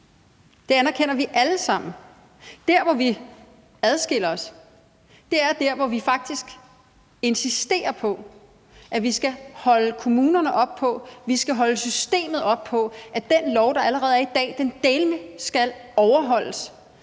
Det anerkender vi alle sammen. Dér, hvor vi adskiller os fra hinanden, er, at vi i Dansk Folkeparti faktisk insisterer på, at vi skal holde kommunerne og systemet op på, at den lov, der allerede er i dag, dæleme skal overholdes;